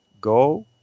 Go